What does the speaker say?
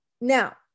Now